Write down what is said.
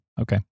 Okay